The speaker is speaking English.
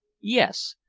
yes,